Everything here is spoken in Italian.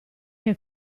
che